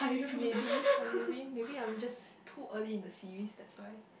maybe I maybe maybe I'm just too early in the series that's why